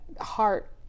heart